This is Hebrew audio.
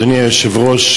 אדוני היושב-ראש,